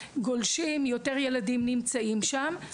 גולשים, יותר ילדים נמצאים שם.